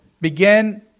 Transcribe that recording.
begin